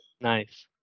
Nice